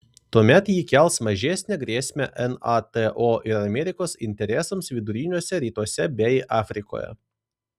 tuomet ji kels mažesnę grėsmę nato ir amerikos interesams viduriniuose rytuose bei afrikoje